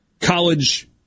college